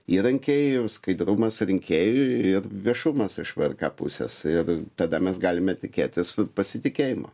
įrankiai ir skaidrumas rinkėjui ir viešumas iš vrk pusės ir tada mes galime tikėtis pasitikėjimo